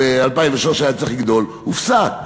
ב-2013 הוא היה צריך לגדול והוא הופסק.